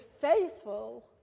faithful